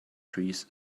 trees